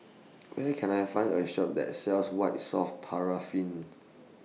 Where Can I Find A Shop that sells White Soft Paraffin